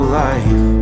life